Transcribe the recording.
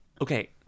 Okay